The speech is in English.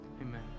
amen